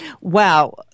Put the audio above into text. wow